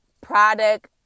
product